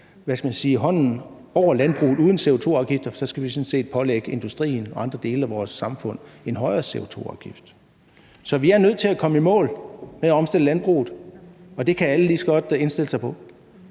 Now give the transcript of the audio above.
hånden over landbruget uden CO2-afgifter. For så skal vi sådan set pålægge industrien og andre dele af vores samfund en højere CO2-afgift. Så vi er nødt til at komme i mål med at omstille landbruget, og det kan alle lige så godt indstille sig på.